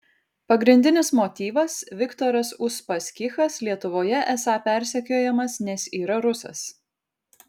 pagrindinis motyvas viktoras uspaskichas lietuvoje esą persekiojamas nes yra rusas